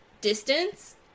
distance